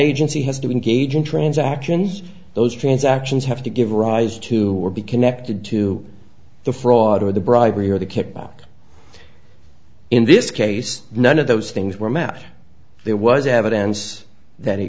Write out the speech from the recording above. agency has been gauging transactions those transactions have to give rise to or be connected to the fraud or the bribery or the kickback in this case none of those things were met there was evidence that